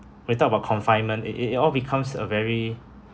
we talk about confinement it it it all becomes a very